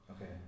okay